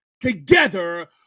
together